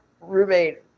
roommate